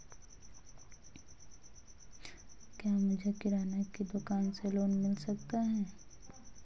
क्या मुझे किराना की दुकान के लिए लोंन मिल सकता है?